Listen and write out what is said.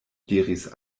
diris